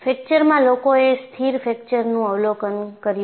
ફ્રેકચરમાં લોકોએ સ્થિર ફ્રેકચરનું અવલોકન કર્યું છે